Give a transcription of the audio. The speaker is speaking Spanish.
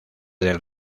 del